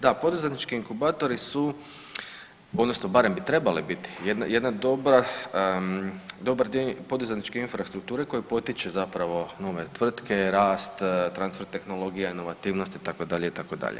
Da, poduzetnički inkubatori su odnosno barem bi trebale biti jedna dobra, dobar dio poduzetničke infrastrukture koji potiče zapravo nove tvrtke, rast, transfer tehnologija, inovativnosti itd., itd.